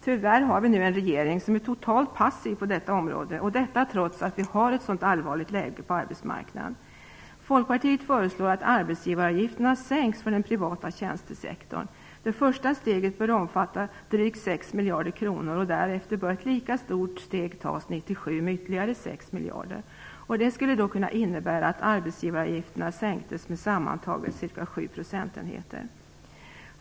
Tyvärr har vi nu en regering som är totalt passiv på detta område - och detta trots att vi har ett så allvarligt läge på arbetsmarknaden. Folkpartiet föreslår att arbetsavgivaravgifterna sänks för den privata tjänstesektorn. Det första steget bör omfatta drygt 6 miljarder kronor, och därefter bör ett lika stort steg tas 1997 med ytterligare 6 miljarder kronor. Detta skulle innebära att arbetsgivaravgifterna sänktes med sammantaget ca 7 procentenheter.